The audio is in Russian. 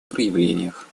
проявлениях